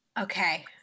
Okay